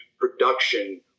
production